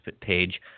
page